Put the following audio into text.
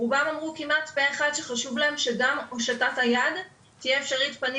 רובם אמרו כמעט פה אחד שגם הושטת היד תהיה אפשרית פנים